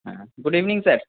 হ্যাঁ good evening sir